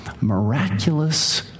miraculous